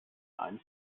eins